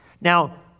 Now